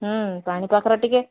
ହୁଁ ପାଣି ପାଖର ଟିକିଏ